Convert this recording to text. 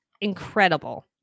Incredible